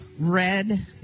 red